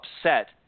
upset